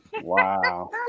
wow